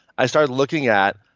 i started looking at,